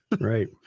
Right